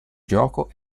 gioco